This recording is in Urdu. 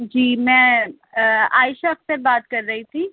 جی میں عائشہ اختر بات کر رہی تھی